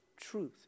truth